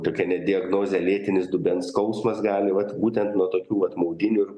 tokia diagnozė lėtinis dubens skausmas gali vat būtent nuo tokių vat maudynių ir